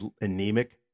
anemic